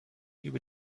über